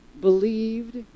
believed